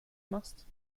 machst